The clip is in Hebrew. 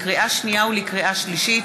לקריאה שנייה ולקריאה שלישית: